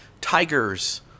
Tigers